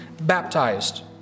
baptized